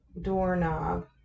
doorknob